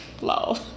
Lol